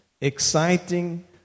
exciting